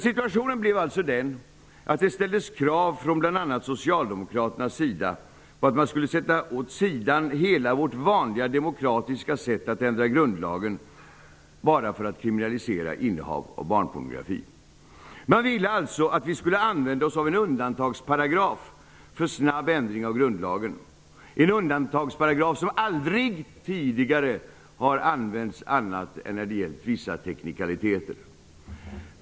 Situationen blev alltså den att det ställdes krav från bl.a. socialdemokraterna på att man skulle sätta åt sidan vårt vanliga demokratiska sätt att ändra grundlagen bara för att kriminalisera innehav av barnpornografi. Man ville alltså att vi skulle använda oss av en undantagsparagraf för snabb ändring av grundlagen -- en undantagsparagraf som aldrig tidigare har använts annat än när det gällt vissa teknikaliteter.